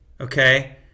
okay